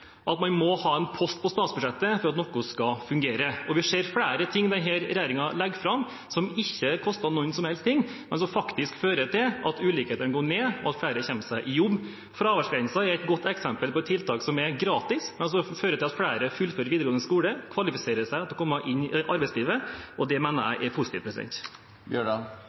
at man må ha en post på statsbudsjettet for at noe skal fungere, og vi ser flere ting denne regjeringen legger fram, som ikke koster noe som helst, men som faktisk fører til at ulikhetene går ned, og at flere kommer seg i jobb. Fraværsgrensen er et godt eksempel på et tiltak som er gratis, men som fører til at flere fullfører videregående skole og kvalifiserer seg til å komme inn i arbeidslivet. Det mener jeg er positivt.